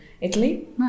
Italy